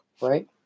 Right